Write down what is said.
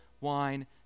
wine